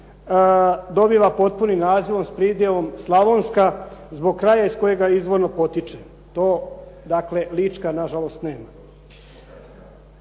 dobiva potpuni naziv s pridjevom slavonska zbog kraja iz kojega izvorno potječe. To dakle lička nažalost nema.